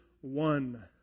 one